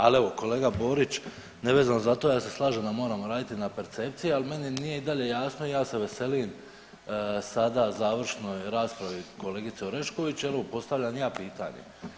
Ali evo kolega Borić nevezano za to ja se slažem da moramo raditi na percepciji, ali meni nije i dalje jasno i ja se veselim sada završnoj raspravi kolegice Orešković i … postavljam i ja pitanje.